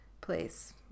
place